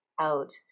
out